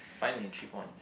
finally three points